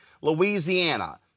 Louisiana